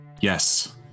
Yes